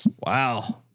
Wow